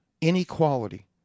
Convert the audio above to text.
Inequality